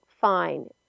fine